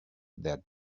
their